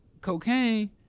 cocaine